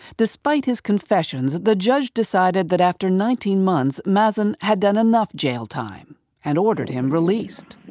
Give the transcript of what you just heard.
despite his confessions, the judge decided that after nineteen months, mazen had done enough jail time and ordered him released.